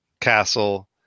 Castle